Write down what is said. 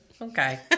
okay